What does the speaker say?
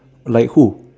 like who